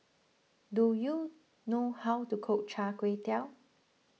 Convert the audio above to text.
do you know how to cook Char Kway Teow